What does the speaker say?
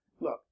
Look